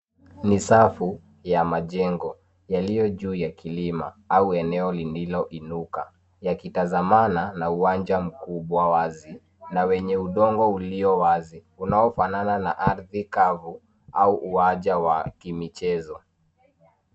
Ni safu ya majengo, yaliyo juu ya kilima au eneo lililo inuka. Yakitazamana na uwanja mkubwa wazi na wenye udongo ulio wazi ,unaofanana na ardhi kavu au uwanja wa kimichezo.